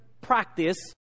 practice